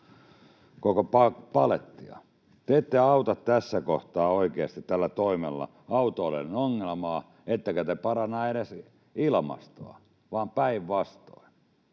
koko palettia. Te ette auta tässä kohtaa oikeasti tällä toimella autoilijoiden ongelmaa ettekä te paranna edes ilmastoa, vaan päinvastoin.